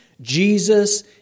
Jesus